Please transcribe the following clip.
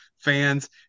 fans